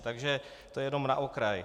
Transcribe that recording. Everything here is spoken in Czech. Takže to jenom na okraj.